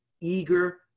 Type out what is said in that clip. eager